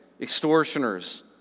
extortioners